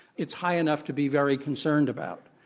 it's high enough to be very concerned about.